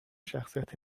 شخصیت